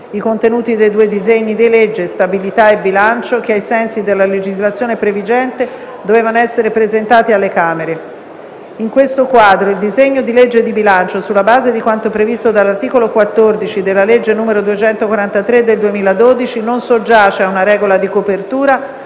i contenuti dei due disegni di legge (stabilità e bilancio) che, ai sensi della legislazione previgente, dovevano essere presentati alle Camere; in questo quadro, il disegno di legge di bilancio, sulla base di quanto previsto dall'articolo 14 della legge n. 243 del 2012, non soggiace a una regola di copertura